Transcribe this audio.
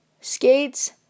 Skates